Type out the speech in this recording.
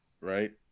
Right